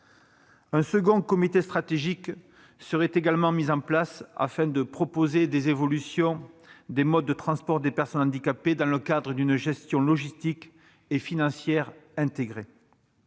un second comité stratégique serait mis en place, destiné à proposer des évolutions des modes de transport des personnes handicapées dans le cadre d'une gestion logistique et financière intégrée.